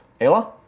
Ayla